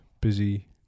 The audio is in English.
busy